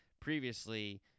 previously